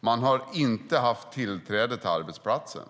de inte har haft tillträde till arbetsplatsen.